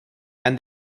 and